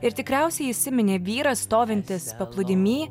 ir tikriausiai įsiminė vyras stovintis paplūdimy